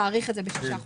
להאריך את זה בשישה חודשים?